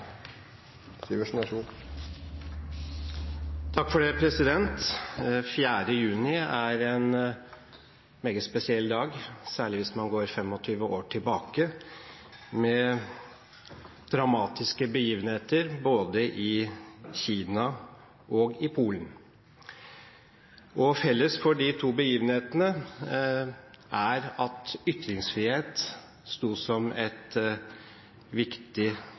en meget spesiell dag, særlig hvis man går 25 år tilbake, med dramatiske begivenheter både i Kina og i Polen. Felles for de to begivenhetene er at ytringsfrihet sto som